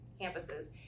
campuses